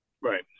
right